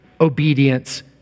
obedience